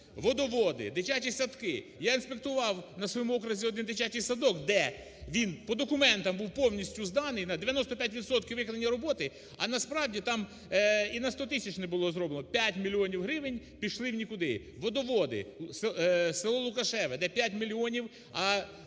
водоводи, дитячі садки. Я інспектував на своєму окрузі один дитячий садок, де він по документам був повністю зданий, на 95 відсотків виконані роботи, а насправді там і на 100 тисяч не було зроблено! П'ять мільйонів гривень пішли в нікуди. Водоводи. Село Лукашеве, де п'ять мільйонів,